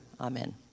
Amen